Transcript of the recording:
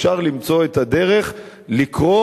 אפשר למצוא את הדרך לקרוא.